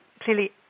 clearly